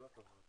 לא.